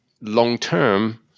long-term